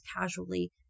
casually